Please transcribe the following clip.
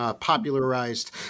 popularized